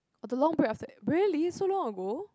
the long break after really so long ago